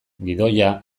gidoia